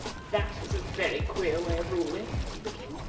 that is a very queer way of ruling, said the king.